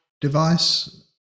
device